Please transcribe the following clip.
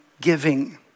giving